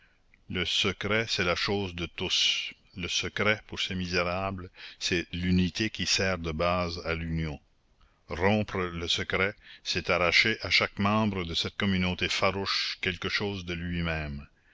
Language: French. le secret c'est la chose de tous le secret pour ces misérables c'est l'unité qui sert de base à l'union rompre le secret c'est arracher à chaque membre de cette communauté farouche quelque chose de lui-même